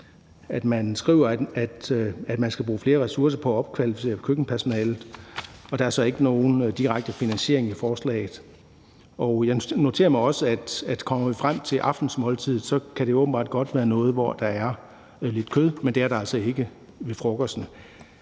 skriver, at man skal bruge flere ressourcer på at opkvalificere køkkenpersonalet, og der er så ikke nogen direkte finansiering i forslaget. Jeg noterer mig også, at når vi kommer frem til aftenmåltidet, kan det åbenbart godt være noget, hvor der er lidt kød, men det er der altså ikke ved frokosten.